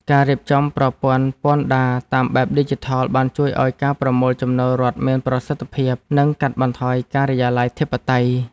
ការរៀបចំប្រព័ន្ធពន្ធដារតាមបែបឌីជីថលបានជួយឱ្យការប្រមូលចំណូលរដ្ឋមានប្រសិទ្ធភាព និងកាត់បន្ថយការិយាល័យធិបតេយ្យ។